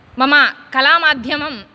मम कलामाध्यमं